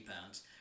pounds